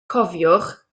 cofiwch